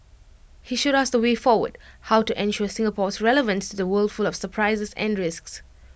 he showed us the way forward how to ensure Singapore's relevance to the world full of surprises and risks